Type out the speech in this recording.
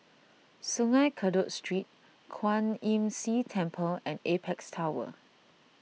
Sungei Kadut Street Kwan Imm See Temple and Apex Tower